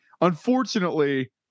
Unfortunately